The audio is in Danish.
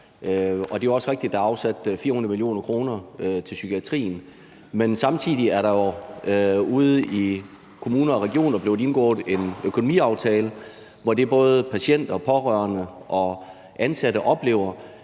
det er jo også rigtigt, at der er afsat 400 mio. kr. til psykiatrien. Men samtidig er der jo ude i kommuner og regioner blevet indgået en økonomiaftale, hvor det, som både patienter, pårørende og ansatte konkret